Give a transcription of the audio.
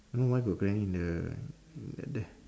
don't know why got granny in the in the there